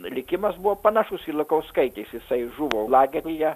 likimas buvo panašus į lukauskaitės jisai žuvo lageryje